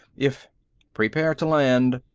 if prepare to land!